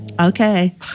Okay